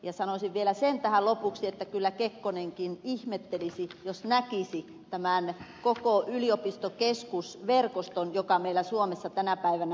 ja sanoisin vielä sen tähän lopuksi että kyllä kekkonenkin ihmettelisi jos näkisi tämän koko yliopistokeskusverkoston joka meillä suomessa tänä päivänä on